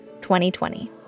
2020